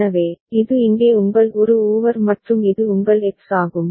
எனவே இது இங்கே உங்கள் ஒரு ஓவர் மற்றும் இது உங்கள் எக்ஸ் ஆகும்